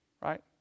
right